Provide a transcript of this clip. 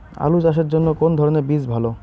আলু চাষের জন্য কোন ধরণের বীজ ভালো?